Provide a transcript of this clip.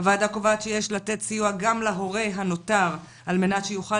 הוועדה קובעת שיש לתת סיוע גם להורה הנותר על מנת שיוכל